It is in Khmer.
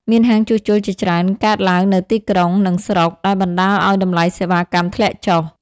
មានហាងជួសជុលជាច្រើនកើតឡើងនៅទីក្រុង និងស្រុក ដែលបណ្តាលឲ្យតម្លៃសេវាកម្មធ្លាក់ចុះ។